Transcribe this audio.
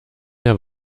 der